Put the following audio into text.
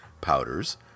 powders